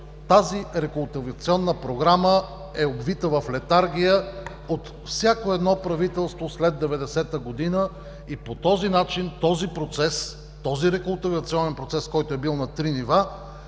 Тази рекултивационна програма е обвита в летаргия от всяко едно правителство след 1990-а година и по този начин този процес, този рекултивационен процес, който е бил на три нива,